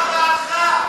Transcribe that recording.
נאוה הלכה,